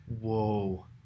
whoa